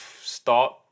start